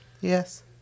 Yes